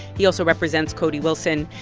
he also represents cody wilson.